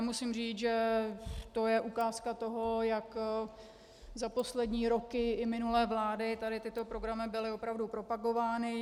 Musím říct, že to je ukázka toho, jak za poslední roky i minulé vlády tady tyto programy byly opravdu propagovány.